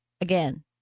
again